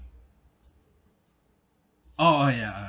oh oh ya